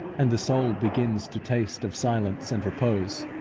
and the soul begins to taste of silence and repose,